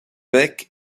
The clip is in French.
becs